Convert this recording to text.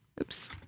oops